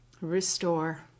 restore